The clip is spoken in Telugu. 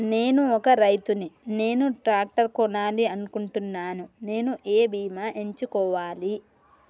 నేను ఒక రైతు ని నేను ట్రాక్టర్ కొనాలి అనుకుంటున్నాను నేను ఏ బీమా ఎంచుకోవాలి?